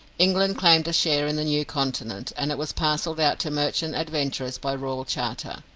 england claimed a share in the new continent, and it was parcelled out to merchant adventurers by royal charter.